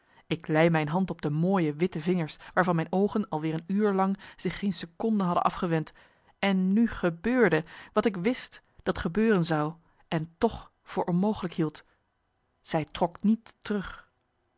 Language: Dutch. ik lei mijn hand op de mooie witte vingers waarvan mijn oogen al weer een uur lang zich geen seconde hadden afgewend en nu gebeurde wat ik wist dat gebeuren zou en toch voor onmogelijk hield zij trok niet terug